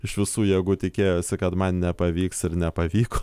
iš visų jėgų tikėjosi kad man nepavyks ir nepavyko